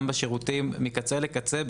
בשירותים מקצה לקצה,